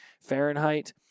Fahrenheit